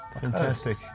Fantastic